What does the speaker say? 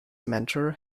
mentor